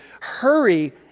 hurry